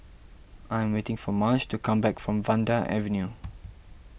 I am waiting for Marge to come back from Vanda Avenue